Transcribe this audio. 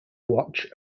watch